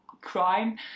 crime